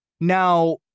Now